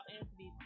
Anthony